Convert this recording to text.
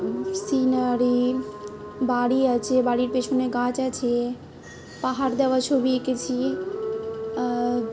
scenery বাড়ি আছে বাড়ির পেছনে গাছ আছে পাহাড় দেওয়া ছবি এঁকেছি